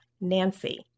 Nancy